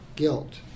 guilt